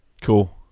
cool